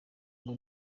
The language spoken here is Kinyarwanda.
ngo